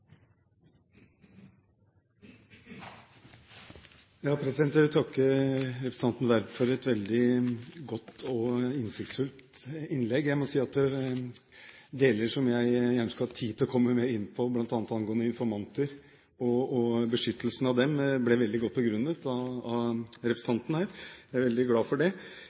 innsiktsfullt innlegg. Jeg må si at det er deler der som jeg gjerne skulle hatt mer tid til å komme inn på, bl.a. angående informanter og beskyttelsen av dem. Det ble veldig godt begrunnet av representanten her – jeg er veldig glad for det.